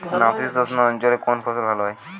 নাতিশীতোষ্ণ অঞ্চলে কোন ফসল ভালো হয়?